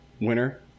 winner